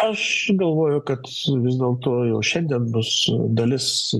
aš galvoju kad vis dėl to jau šiandien bus dalis